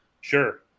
Sure